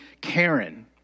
Karen